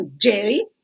Jerry